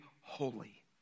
holy